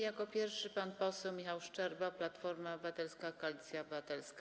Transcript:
Jako pierwszy pan poseł Michał Szczerba, Platforma Obywatelska - Koalicja Obywatelska.